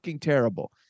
terrible